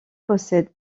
possède